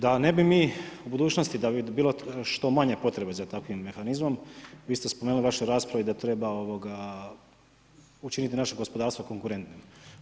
Da ne bi mi u budućnosti, da bi bilo što manje potrebe za takvim mehanizmom, vi ste spomenuli u vašoj raspravi da treba učiniti naše gospodarstvo konkurentnim.